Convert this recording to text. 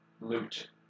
loot